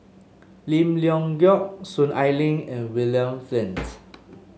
Lim Leong Geok Soon Ai Ling and William Flint